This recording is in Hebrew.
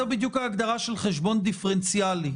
זוהי בדיוק ההגדרה של חשבון דיפרנציאלי,